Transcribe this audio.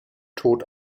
tod